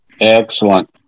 Excellent